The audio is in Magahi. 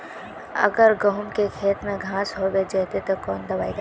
अगर गहुम के खेत में घांस होबे जयते ते कौन दबाई दबे?